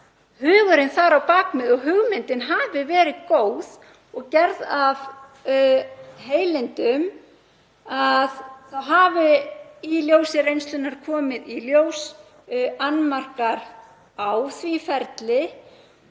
hugurinn þar á bak við og hugmyndin hafi verið góð og gerð af heilindum. Það hafi í ljósi reynslunnar komið í ljós annmarkar á því ferli,